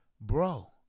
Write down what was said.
bro